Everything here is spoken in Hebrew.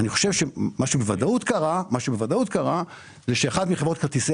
אני חושב שמה שבוודאות קרה זה שאחת מחברות כרטיסי